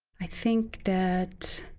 i think that